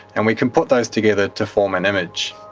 and we can put those together to form an image.